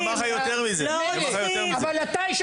ממנה שהיא חברה במפלגה של טרוריסטים --- אבל אתה?